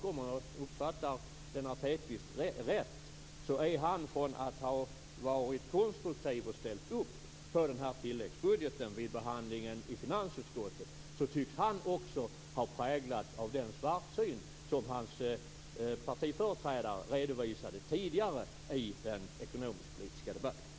Om jag uppfattar Lennart Hedquist rätt tycks han också, från att ha varit konstruktiv och ställt upp på den här tilläggsbudgeten, ha präglats av den svartsyn som hans partiföreträdare redovisade tidigare i den ekonomisk-politiska debatten.